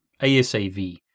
ASAV